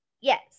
yes